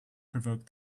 provoked